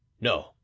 No